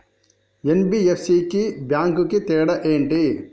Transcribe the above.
NBFC కి bank కి తేడా ఏంటి?